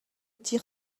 tire